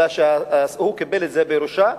אלא שהוא קיבל את זה בירושה.